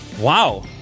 Wow